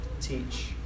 teach